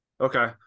Okay